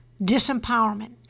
Disempowerment